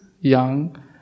young